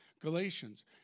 Galatians